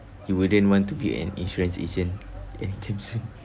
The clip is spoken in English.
you wouldn't want to be an insurance agent anytime soon